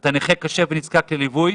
אתה נכה קשה ונזקק לליווי?